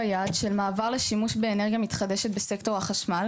משרד האוצר תומך בשקלול העלויות החיצוניות.